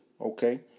okay